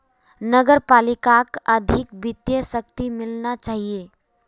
नगर पालिकाक अधिक वित्तीय शक्ति मिलना चाहिए